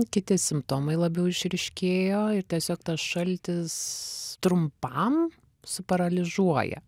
kiti simptomai labiau išryškėjo ir tiesiog tas šaltis trumpam suparalyžiuoja